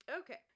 okay